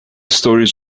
stories